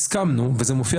הסכמנו וזה מופיע